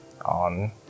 On